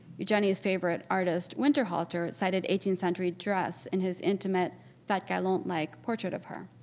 eugenie's favorite artists winterhalter cited eighteenth century dress in his intimate fete gallant-like portrait of her.